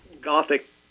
gothic